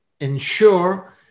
ensure